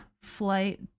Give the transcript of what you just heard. flight